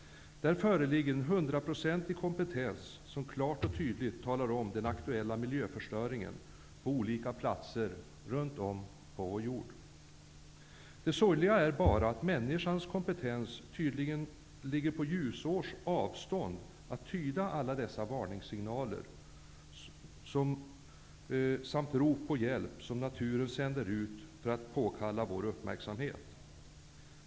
Där föreligger en 100-procentig kompetens som klart och tydligt talar om den aktuella miljöförstöringen på olika platser runt om på vår jord. Det sorgliga är bara att människans kompetens tydligen ligger på ljusårs avstånd från att tyda alla de varningssignaler samt rop på hjälp som naturen sänder ut för att påkalla vår uppmärksamhet.